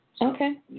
okay